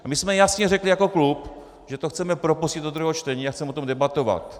A my jsme jasně řekli jako klub, že to chceme propustit do druhého čtení a chceme o tom debatovat.